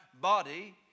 body